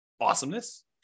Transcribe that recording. Awesomeness